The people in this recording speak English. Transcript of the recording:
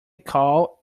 call